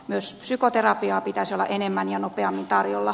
myös psykoterapiaa pitäisi olla enemmän ja nopeammin tarjolla